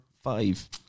five